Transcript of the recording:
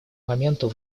моменту